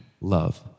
love